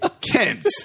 kent